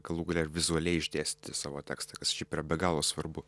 galų gale vizualiai išdėstyti savo tekstą kas šiaip yra be galo svarbu